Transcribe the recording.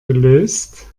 gelöst